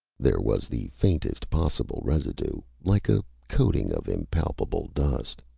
there was the faintest possible residue, like a coating of impalpable dust.